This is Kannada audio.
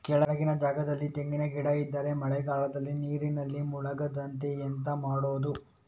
ಕೆಳಗಿನ ಜಾಗದಲ್ಲಿ ತೆಂಗಿನ ಗಿಡ ಇದ್ದರೆ ಮಳೆಗಾಲದಲ್ಲಿ ನೀರಿನಲ್ಲಿ ಮುಳುಗದಂತೆ ಎಂತ ಮಾಡೋದು?